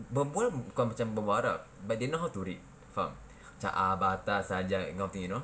berbual bukan macam berbual arab but they know how to read faham macam that kind of thing you know